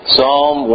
Psalm